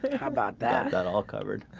think about that got all covered